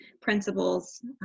principles